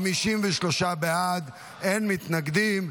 53 בעד, אין מתנגדים.